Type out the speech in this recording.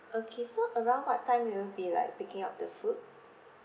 okay so around what time will you be like picking up the food